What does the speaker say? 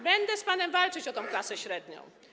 Będę z panem walczyć o klasę średnią.